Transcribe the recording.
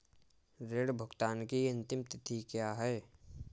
ऋण भुगतान की अंतिम तिथि क्या है?